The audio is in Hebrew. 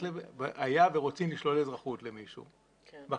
היה ורוצים לשלול אזרחות למישהו, בבקשה,